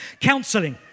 Counselling